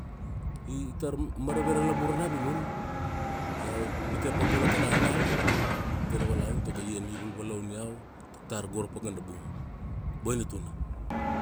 I, tar marave ra lavurua na vinun. Ma iau pite pa bula kada ngala, tena valaun, tago ia ni valvalaun iau, tuk tar go ra pakana bung. Boina tuna.